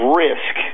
risk